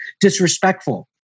disrespectful